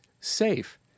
safe